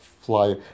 fly